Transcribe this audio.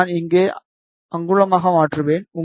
நான் இங்கே அங்குலமாக மாற்றுவேன்